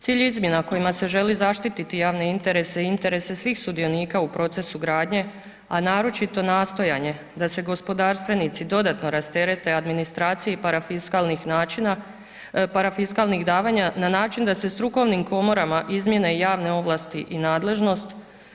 Cilj izmjena kojima se želi zaštiti javne interese i interese svih sudionika u procesu gradnje a naročito nastojanje da se gospodarstvenici dodatno rasterete administracije i parafiskalnih davanja na način da se strukovnim komorama izmijene javne ovlasti i nadležnost.